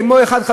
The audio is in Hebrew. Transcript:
כמו אחד,